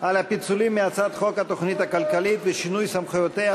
על הפיצולים מהצעת חוק התוכנית הכלכלית ועל שינוי סמכויותיה